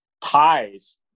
ties